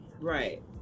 right